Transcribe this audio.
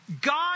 God